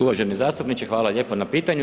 Uvaženi zastupniče, hvala lijepo na pitanju.